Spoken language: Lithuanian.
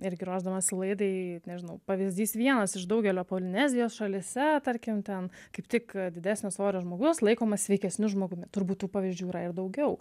irgi ruošdamasi laidai nežinau pavyzdys vienas iš daugelio polinezijos šalyse tarkim ten kaip tik didesnio svorio žmogus laikomas sveikesniu žmogumi turbūt tų pavyzdžių yra ir daugiau